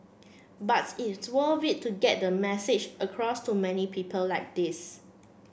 buts is to worth it to get the message across to many people like this